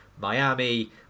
Miami